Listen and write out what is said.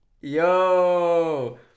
yo